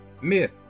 Myth